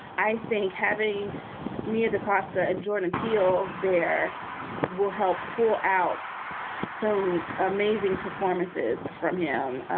i think having near the costa and jordan peele there will help pull out some amazing performances from him,